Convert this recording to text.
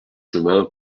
chemin